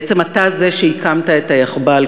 בעצם אתה זה שהקמת את היאחב"ל,